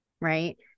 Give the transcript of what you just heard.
Right